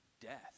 death